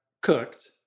cooked